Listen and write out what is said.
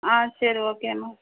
ஆ சரி okay ma'am